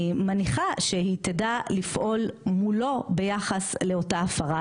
אני מניחה שהיא תדע לפעול מולו ביחס לאותה הפרה,